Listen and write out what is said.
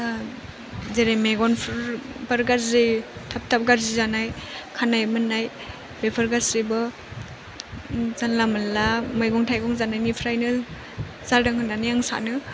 जेरै मेगनफोर बार गाज्रि थाब थाब गाज्रि जानाय खानाय मोननाय बेफोर गासिबो जानला मोनला मैगं थाइगं जानायनिफ्रायनो जादों होननानै आं सानो